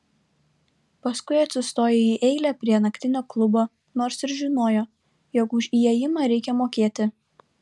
paskui atsistojo į eilę prie naktinio klubo nors ir žinojo jog už įėjimą reikia mokėti